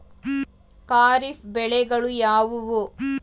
ಖಾರಿಫ್ ಬೆಳೆಗಳು ಯಾವುವು?